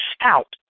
out